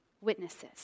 witnesses